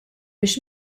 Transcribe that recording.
biex